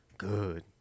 Good